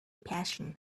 passion